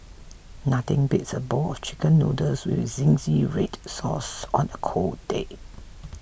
nothing beats a bowl of Chicken Noodles with Zingy Red Sauce on a cold day